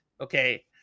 okay